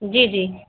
जी जी